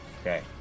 Okay